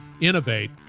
innovate